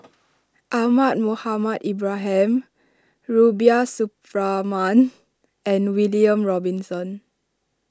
Ahmad Mohamed Ibrahim Rubiah Suparman and William Robinson